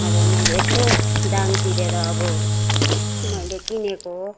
अब मैले यत्रो दाम तिरेर अब मैले किनेको हो